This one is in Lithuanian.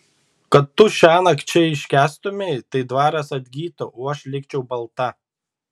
kad tu šiąnakt čia iškęstumei tai dvaras atgytų o aš likčiau balta